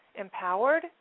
empowered